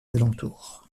alentours